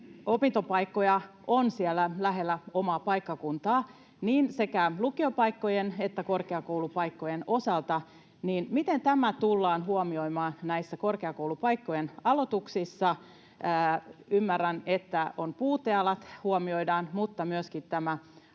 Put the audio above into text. opintopaikkoja on siellä lähellä omaa paikkakuntaa, sekä lukiopaikkojen että korkeakoulupaikkojen osalta. Miten tämä tullaan huomioimaan näissä korkeakoulujen aloituspaikoissa? Ymmärrän, että puutealat huomioidaan, mutta miten